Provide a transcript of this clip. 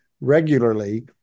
regularly